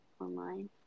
online